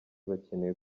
bakeneye